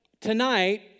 tonight